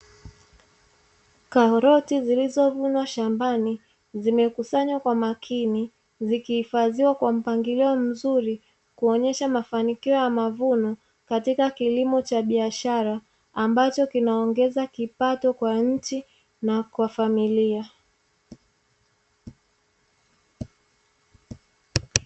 Karoti zilizovunwa shambani zimekusanywa kwa makini zikihifadhiwa kwa mpangilio mzuri kuonyesha mafanikio ya mavuno katika kilimo cha biashara ambacho kinaongeza kipato kwa nchi na kwa familia.